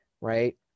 right